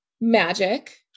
magic